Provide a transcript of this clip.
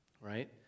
right